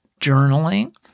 journaling